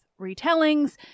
retellings